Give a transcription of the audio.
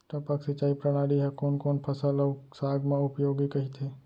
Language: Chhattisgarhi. टपक सिंचाई प्रणाली ह कोन कोन फसल अऊ साग म उपयोगी कहिथे?